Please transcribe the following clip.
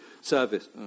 service